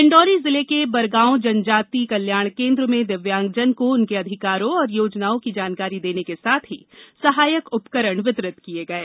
डिण्डौरी जिले के बरगांव जनजाति कल्याण केन्द्र में दिव्यांगजन को उनके अधिकारों और योजनाओं की जानकारी देने के साथ ही सहायक उपकरण वितरित किये गये